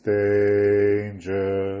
danger